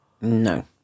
No